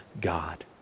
God